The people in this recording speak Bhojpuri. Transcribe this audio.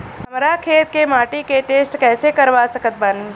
हमरा खेत के माटी के टेस्ट कैसे करवा सकत बानी?